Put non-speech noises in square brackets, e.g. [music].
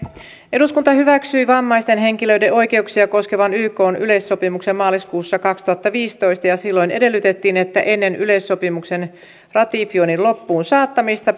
eduskunta hyväksyi vammaisten henkilöiden oikeuksia koskevan ykn yleissopimuksen maaliskuussa kaksituhattaviisitoista ja silloin edellytettiin että ennen yleissopimuksen ratifioinnin loppuunsaattamista [unintelligible]